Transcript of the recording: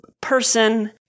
person